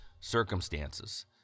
circumstances